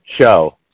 show